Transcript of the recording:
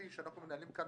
שאנחנו מנהלים כאן,